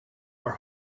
are